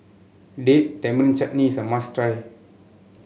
Date Tamarind Chutney is must try